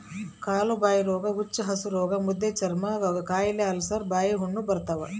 ಕಾಲುಬಾಯಿರೋಗ ಹುಚ್ಚುಹಸುರೋಗ ಮುದ್ದೆಚರ್ಮದಕಾಯಿಲೆ ಅಲ್ಸರ್ ಬಾಯಿಹುಣ್ಣು ಬರ್ತಾವ